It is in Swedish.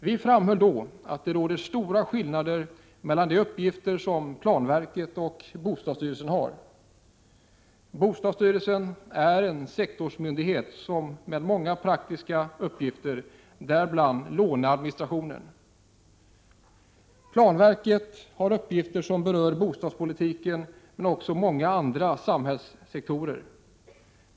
Vi framhöll då att det råder stora skillnader mellan de uppgifter som planverket och bostadsstyrelsen har. Bostadsstyrelsen är en sektorsmyndighet med många praktiska uppgifter, däribland låneadministration. Planverket har uppgifter som berör bostadspolitiken men också många andra samhällssektorer.